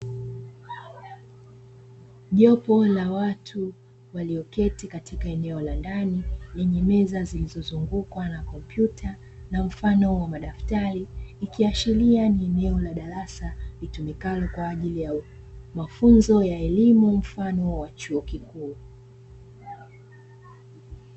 Jopo la watu walioketi katika eneo la ndani lenye meza zilizozungukwa na kompyuta na mfano wa madaftari, ikiashiria ni eneo la darasa litumikalo kwa ajili ya mafunzo ya elimu; mfano wa chuo kikuu.